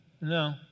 No